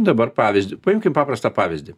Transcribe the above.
dabar pavyzdį paimkim paprastą pavyzdį